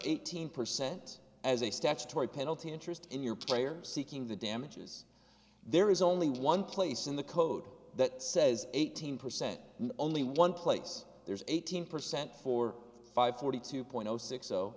eighteen percent as a statutory penalty interest in your prayers seeking the damages there is only one place in the code that says eighteen percent only one place there's eighteen percent for five forty two point zero six